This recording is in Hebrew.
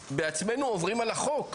אנחנו כמשרד עושים את כל המאמצים.